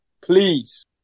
Please